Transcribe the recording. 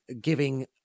giving